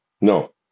No